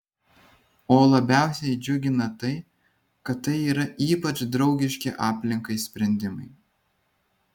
o labiausiai džiugina tai kad tai yra ypač draugiški aplinkai sprendimai